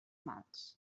mals